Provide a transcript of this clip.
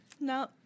No